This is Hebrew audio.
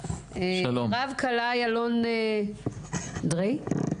רב כלאי אלון דריי,